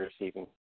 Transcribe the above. receiving